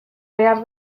behar